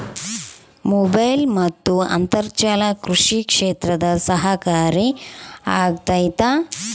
Mobile ಮತ್ತು ಅಂತರ್ಜಾಲ ಕೃಷಿ ಕ್ಷೇತ್ರಕ್ಕೆ ಸಹಕಾರಿ ಆಗ್ತೈತಾ?